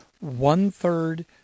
one-third